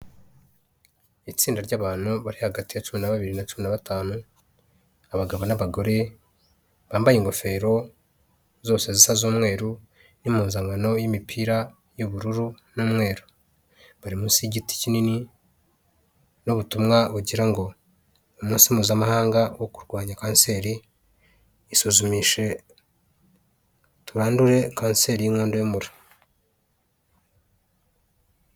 Itsinda ry'bantu bari hagati ya cumi na babiri na cumi batanu, abagabo n,abagore bambaye ingofero zose zisa z'umweru, impuzankano y'imipira y'ubururu, n'umweru bari munsi yigiti kinini n'ubutumwa bugira ngo umunsi mpuzamahanga wo kurwanya kanseri isuzumishe turandure kanseri y'inkondo y'umura.